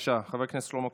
בבקשה, חבר הכנסת שלמה קרעי.